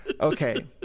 okay